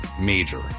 major